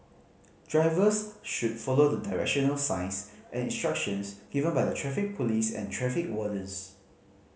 drivers should follow the directional signs and instructions given by the Traffic Police and traffic wardens